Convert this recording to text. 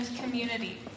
community